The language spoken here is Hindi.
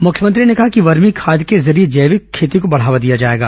मुख्यमंत्री ने कहा कि वर्मी खाद के जरिये जैविक खेती को बढ़ावा दिया जाएगा